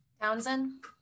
Townsend